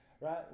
Right